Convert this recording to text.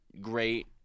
great